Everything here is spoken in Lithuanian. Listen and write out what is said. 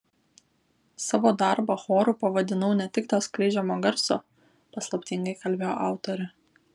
savo darbą choru pavadinau ne tik dėl skleidžiamo garso paslaptingai kalbėjo autorė